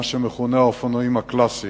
מה שמכונה האופנועים הקלאסיים.